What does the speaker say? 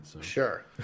Sure